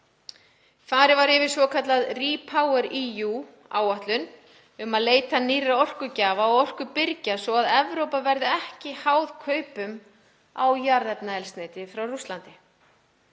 Farið var yfir svokallaða RePowerEU-áætlun um að leita nýrra orkugjafa og orkubirgja svo að Evrópa verði ekki háð kaupum á jarðefnaeldsneyti frá Rússlandi.